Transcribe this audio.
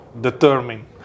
determine